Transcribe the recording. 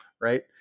right